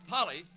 Polly